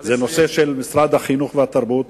זה נושא של משרד החינוך והתרבות,